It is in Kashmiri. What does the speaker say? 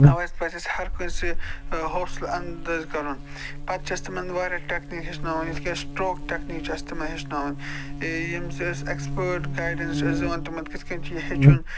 اَوَے پَزِ اَسہِ ہر کٲنٛسہِ سۭتۍ حوصلہٕ اندٲزۍ کَرُن پَتہٕ چھِ أسۍ تِمَن واریاہ ٹیٚکنیٖک ہیٚچھناوان یِتھ کٔنۍ سٹرٛوک ٹیٚکنیٖک چھِ أسۍ تِمن ہیٚچھناوان ییٚمہِ سۭتۍ أسۍ ایٚکسپٲٹ گایڈٮ۪نٕس چھِ أسۍ دِوان تِمَن کِتھ کٔنۍ چھُ یہِ ہیٚچھُن